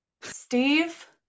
Steve